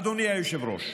אדוני היושב-ראש,